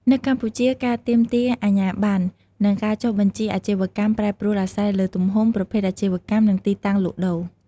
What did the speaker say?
នៅកម្ពុជា ការទាមទារអាជ្ញាប័ណ្ណ និងការចុះបញ្ជីអាជីវកម្មប្រែប្រួលអាស្រ័យលើទំហំ ប្រភេទអាជីវកម្ម និងទីតាំងលក់ដូរ។